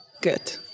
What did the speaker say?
Good